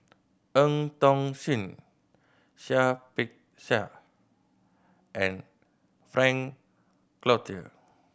Eu Tong Sen Seah Peck Seah and Frank Cloutier